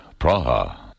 Praha